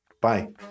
Bye